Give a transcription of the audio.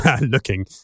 looking